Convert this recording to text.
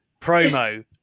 promo